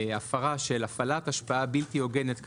ההפרה של הפעלת השפעה בלתי הוגנת,